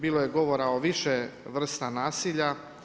Bilo je govora o više vrsta nasilja.